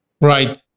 Right